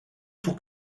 tous